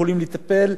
הנושא השני,